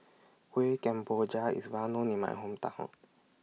Kueh Kemboja IS Well known in My Hometown